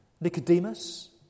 Nicodemus